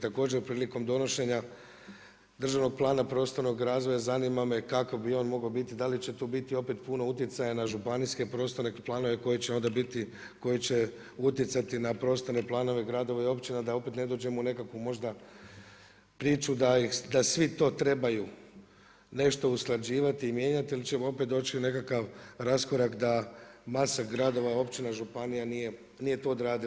Također prilikom donošenja državnog plana prostornog razvoja zanima me kakav bi on mogao biti, da li će tu biti opet puno utjecaja na županijske prostore, planove koji će onda biti, koji će utjecati na prostorne planove, gradove i općine da opet ne dođemo u nekakvu možda priču da svi to trebaju nešto usklađivati i mijenjati ili ćemo opet doći u nekakav raskorak da masa gradova, općina, županija nije to odradila.